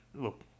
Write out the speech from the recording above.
look